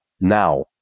now